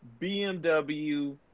BMW